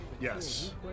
Yes